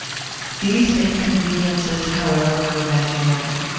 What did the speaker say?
these inconveniences, however, were imaginary.